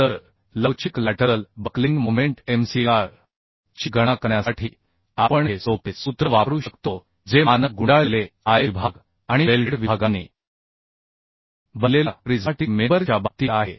तर लवचिक lateral buckling moment mcr ची गणना करण्यासाठी आपण हे सोपे सूत्र वापरू शकतो जे मानक गुंडाळलेले I विभाग आणि वेल्डेड विभागांनी बनलेल्या प्रिझ्माटिक मेंबर च्या बाबतीत आहे